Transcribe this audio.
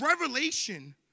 revelation